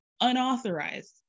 unauthorized